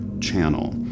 channel